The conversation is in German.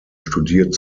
studiert